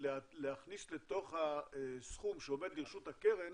ולהכניס לתוך הסכום שעומד לרשות הקרן